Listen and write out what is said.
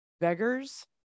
beggars